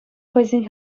хӑйсен